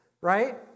right